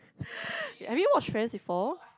have you watch friends before